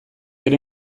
ere